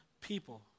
people